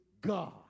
God